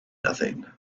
nothing